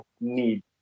need